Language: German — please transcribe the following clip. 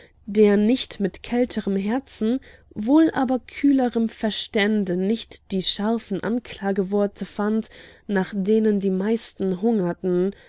der nicht mit kälterem herzen wohl aber kühlerem verstände nicht die scharfen anklageworte fand nach denen die meisten hungerten